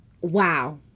Wow